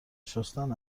شستن